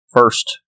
first